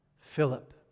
Philip